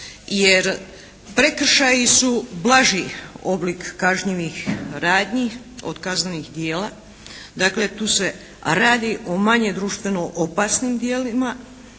jer prekršaji su blaži oblik kažnjivih radnji od kaznenih djela. Dakle tu se radi o manje društveno opasnim djelima